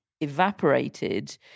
evaporated